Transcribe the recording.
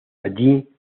allí